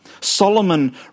Solomon